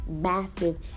massive